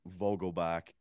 Vogelbach